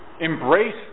embrace